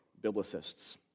biblicists